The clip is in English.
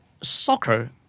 soccer